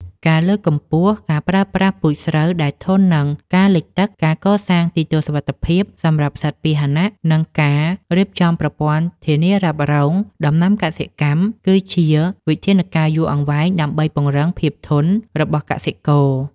ការលើកកម្ពស់ការប្រើប្រាស់ពូជស្រូវដែលធន់នឹងការលិចទឹក ការកសាងទីទួលសុវត្ថិភាពសម្រាប់សត្វពាហនៈ និងការរៀបចំប្រព័ន្ធធានារ៉ាប់រងដំណាំកសិកម្ម គឺជាវិធានការយូរអង្វែងដើម្បីពង្រឹងភាពធន់របស់កសិករ។